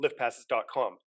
liftpasses.com